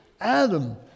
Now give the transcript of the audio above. Adam